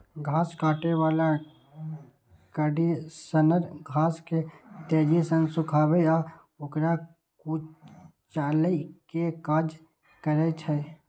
घास काटै बला कंडीशनर घास के तेजी सं सुखाबै आ ओकरा कुचलै के काज करै छै